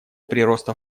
прироста